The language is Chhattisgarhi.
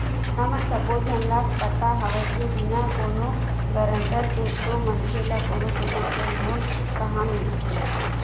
हमन सब्बो झन ल पता हवय के बिना कोनो गारंटर के तो मनखे ल कोनो किसम के लोन काँहा मिलथे